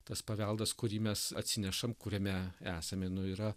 tas paveldas kurį mes atsinešam kuriame esame yra